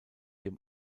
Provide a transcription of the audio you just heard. dem